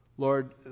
Lord